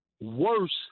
worse